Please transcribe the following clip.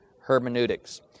hermeneutics